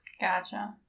Gotcha